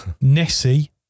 Nessie